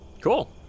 Cool